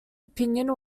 option